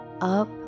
up